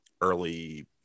early